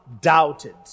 doubted